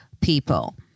people